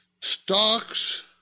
stocks